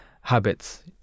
habits